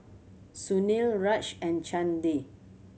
Sunil Raj and Chandi